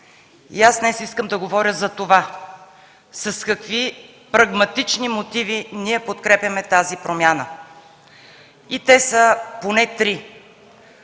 Днес искам да говоря за това – с какви прагматични мотиви ние подкрепяме тази промяна. Те са поне три.